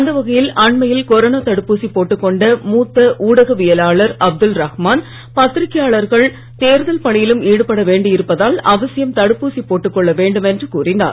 அந்த வகையில் அண்மையில் கொரோனா தடுப்பூசி போட்டுக் கொண்ட பத்திரிக்கையாளர்கள் தேர்தல் பணியிலும் ஈடுபட வேண்டியிருப்பதால் அவசியம் தடுப்பூசி போட்டுக் கொள்ள வேண்டும் என்று கூறினார்